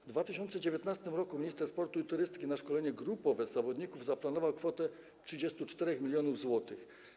W 2019 r. minister sportu i turystyki na szkolenie grupowe zawodników zaplanował kwotę 34 mln zł.